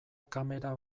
kamera